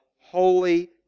holy